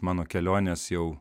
mano kelionės jau